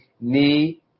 knee